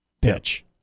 pitch